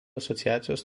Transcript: asociacijos